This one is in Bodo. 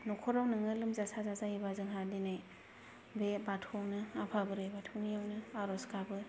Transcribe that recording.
नखराव नोंङो लोमजा साजा जायोबा जोंहा दिनै बे बाथौआवनो आफा बोराय बाथौनिआवनो आर'ज गाबो